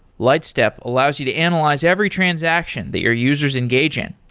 lightstep allows you to analyze every transaction that your users engage in.